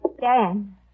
Dan